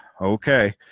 okay